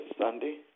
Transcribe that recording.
Sunday